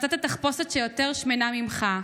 מצאת תחפושת שיותר שמנה ממך.